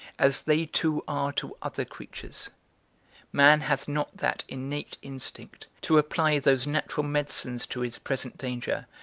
as they two are to other creatures man hath not that innate instinct, to apply those natural medicines to his present danger,